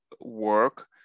work